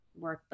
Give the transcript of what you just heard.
workbook